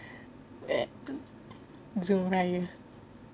zoom raya